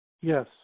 yes